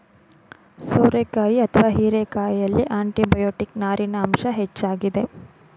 ಸೋರೆಕಾಯಿ ಅಥವಾ ಹೀರೆಕಾಯಿಯಲ್ಲಿ ಆಂಟಿಬಯೋಟಿಕ್, ನಾರಿನ ಅಂಶ ಹೆಚ್ಚಾಗಿದೆ